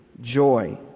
joy